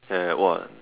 that one